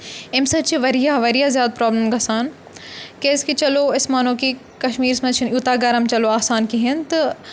أمۍ سۭتۍ چھِ واریاہ واریاہ زیادٕ پرابلم گژھان کیازکہِ چلو أسۍ مانو کہِ کَشمیٖرَس منٛز چھِنہٕ یوٗتاہ گرم چلو آسان کِہیٖنۍ تہٕ